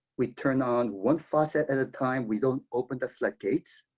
we turn on one faucet at a time. we don't open the floodgates.